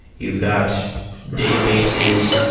you've got databases.